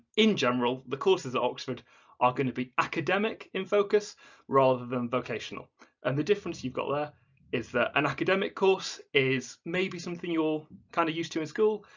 in general, the courses at oxford are going to be academic in focus rather than vocational and the difference you've got there is that an academic course is maybe something you're kind of used to in school,